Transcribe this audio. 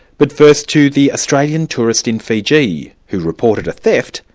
but first, to the australian tourist in fiji who reported a theft,